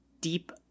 deep